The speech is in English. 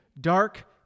dark